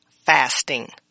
fasting